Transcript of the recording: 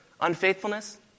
unfaithfulness